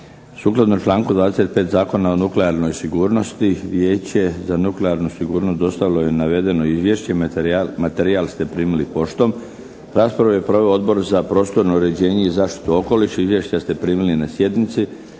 Sukladno članku 25. Zakona o nuklearnoj sigurnost Vijeće za nuklearnu sigurnost dostavilo je navedeno izvješće. Materijale ste primili poštom. Raspravu je proveo Odbor za prostorno uređenje i zaštitu okoliša. Izvješća ste primili na sjednici.